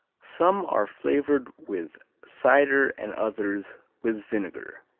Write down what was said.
some are flavored with cider and others with vinegar.